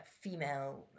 female